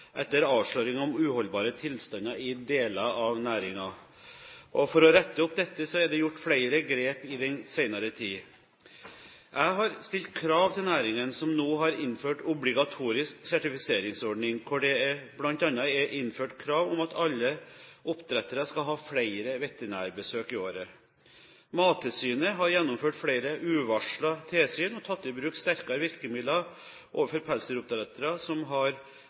etter avsløringer om uholdbare tilstander i deler av næringen. For å rette opp dette er det gjort flere grep i den senere tid. Jeg har stilt krav til næringen, som nå har innført en obligatorisk sertifiseringsordning, hvor det bl.a. er innført krav om at alle oppdrettere skal ha flere veterinærbesøk i året. Mattilsynet har gjennomført flere uvarslede tilsyn og tatt i bruk sterkere virkemidler overfor pelsdyroppdrettere som har